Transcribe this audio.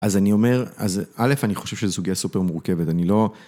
אז אני אומר, אז א', אני חושב שזה סוגי הסופר מורכבת, אני לא...